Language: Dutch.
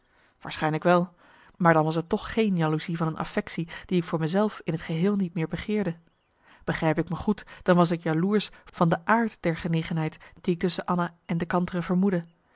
waarschijnlijk wel maar dan was t toch geen jaloezie van een affectie die ik voor me zelf in t geheel niet meer begeerde begrijp ik me goed dan was ik jaloersch van de aard der genegenheid die ik tusschen anna en de kantere vermoedde